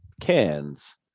cans